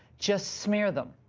just smear them.